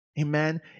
Amen